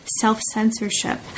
self-censorship